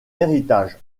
héritage